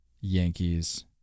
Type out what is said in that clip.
Yankees